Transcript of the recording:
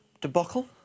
Debacle